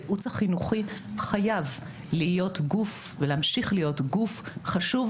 הייעוץ החינוכי חייב להיות גוף ולהמשיך להיות גוף חשוב,